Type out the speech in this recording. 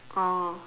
oh